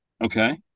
Okay